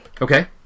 Okay